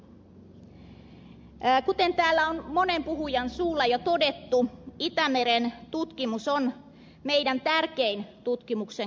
kuten täällä on monen puhujan suulla jo todettu itämeren tutkimus on meidän tärkein tutkimuksen kohteemme